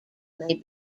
may